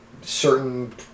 certain